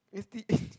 it's the